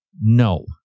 No